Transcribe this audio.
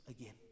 again